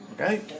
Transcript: Okay